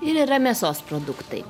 ir yra mėsos produktai